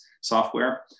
software